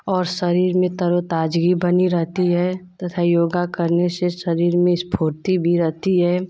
और शरीर में तरो ताज़गी बनी रहती है तथा योग करने से शरीर में स्फूर्ति भी रहती है